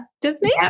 Disney